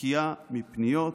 נקייה מפניות,